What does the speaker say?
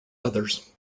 others